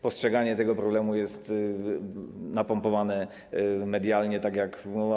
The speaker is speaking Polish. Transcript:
Postrzeganie tego problemu jest napompowane medialnie tak jak.